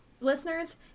listeners